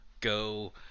go